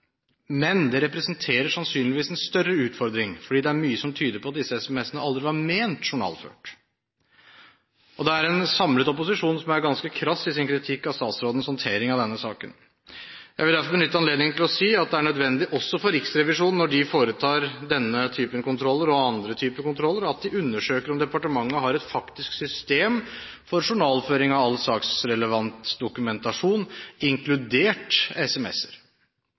Men det representerer sannsynligvis en større utfordring, fordi det er mye som tyder på at disse SMS-ene aldri var ment journalført. Det er en samlet opposisjon som er ganske krass i sin kritikk av statsrådens håndtering av denne saken. Jeg vil derfor benytte anledningen til å si at det er nødvendig – også for Riksrevisjonen når de foretar denne typen kontroller og andre typer kontroller – å undersøke om departementet har et faktisk system for journalføring av all saksrelevant dokumentasjon, inkludert